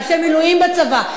אנשי מילואים בצבא,